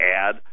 add